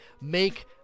make